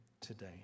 today